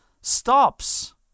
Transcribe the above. stops